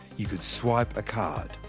you could swipe a card.